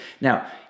Now